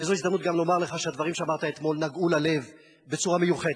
וזו הזדמנות גם לומר לך שהדברים שאמרת אתמול נגעו ללב בצורה מיוחדת,